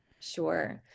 Sure